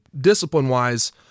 discipline-wise